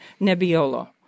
Nebbiolo